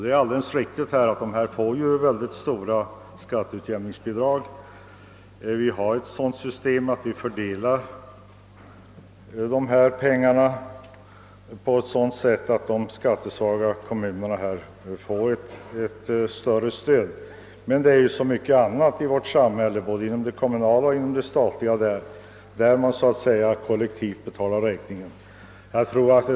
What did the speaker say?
Det är alldeles riktigt att dessa kommuner får mycket stora skatteutjämningsbidrag — vi har ju ett sådant system att vi fördelar pengarna så, att de skattesvaga kommunerna får ett större stöd — men det finns många andra sammanhang i vårt samhälle, både inom den kommunala och inom den statliga verksamheten, i vilka man betalar räkningen kollektivt.